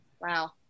Wow